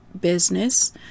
business